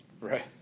Right